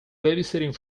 babysitting